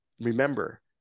remember